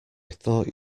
thought